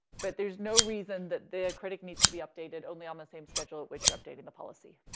but there's no reason that the critic needs to be updated only on the same schedule at which you're updating the policy.